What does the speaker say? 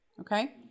okay